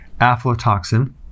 aflatoxin